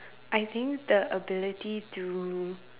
I think the ability to